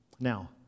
Now